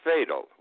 fatal